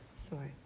Sorry